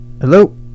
hello